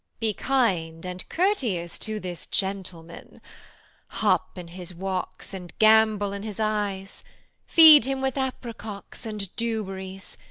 be kind and courteous to this gentleman hop in his walks and gambol in his eyes feed him with apricocks and dewberries,